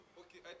okay